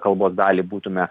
kalbos dalį būtume